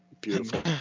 Beautiful